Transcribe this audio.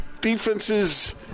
Defenses